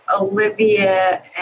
Olivia